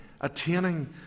attaining